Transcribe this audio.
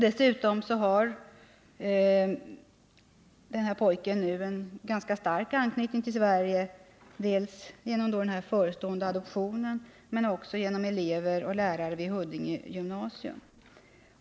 Dessutom har pojken nu en ganska stark anknytning till Sverige, dels genom den förestående adoptionen, dels genom elever och lärare i Huddinge gymnasium.